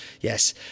yes